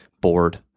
bored